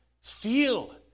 feel